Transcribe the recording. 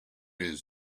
his